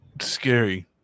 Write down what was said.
scary